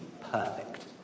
perfect